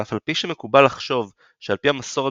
אף על פי שמקובל לחשוב שעל פי המסורת